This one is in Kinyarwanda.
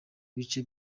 bice